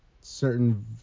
certain